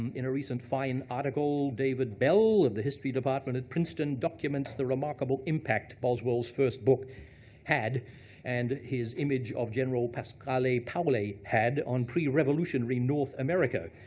in a recent fine article, david bell of the history department at princeton documents the remarkable impact boswell's boswell's first book had and his image of general pasquale paoli had on pre-revolutionary north america.